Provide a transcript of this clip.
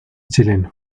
chileno